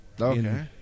Okay